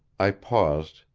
i paused,